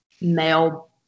male